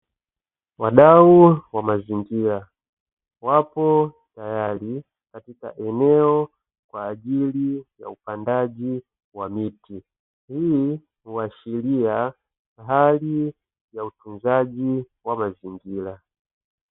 Wadau wa mazingira wapo tayari katika eneo kwa ajili ya upandaji wa miti, hii huashiria hali ya utunzaji wa mazingira.